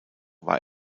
war